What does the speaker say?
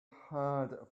hard